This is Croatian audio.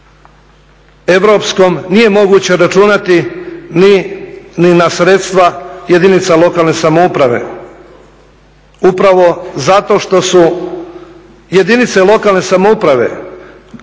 europskom nije moguće računati ni na sredstva jedinica lokalne samouprave, upravo zato što su jedinice lokalne samouprave